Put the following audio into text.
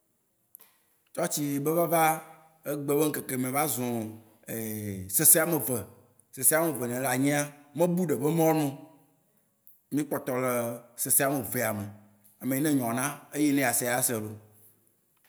Tsɔtsi be vava egbe be ŋkeke me va zũ sese ame ve. Sese ame ve yine le anyia, me bu ɖe be mɔnu oo. Mí kpɔtɔ le sese ame vea me. Ame yine enyo na, eyi ne asea, a se loo.